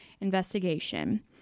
investigation